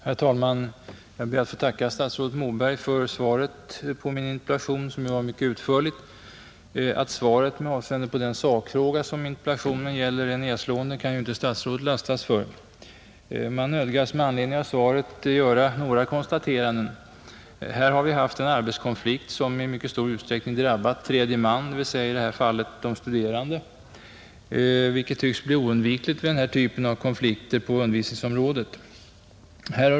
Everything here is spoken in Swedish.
Herr talman! Jag ber att få tacka statsrådet Moberg för det utförliga svaret på min interpellation, Att svaret, med avseende på den sakfråga interpellationen gäller, är nedslående kan inte statsrådet lastas för. Man nödgas med anledning av svaret göra några konstateranden, Här har vi haft en arbetskonflikt, som i mycket stor utsträckning har drabbat tredje man, dvs, i detta fall de studerande, vilket tycks bli oundvikligt vid konflikter av detta slag inom undervisningsområdet.